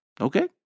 okay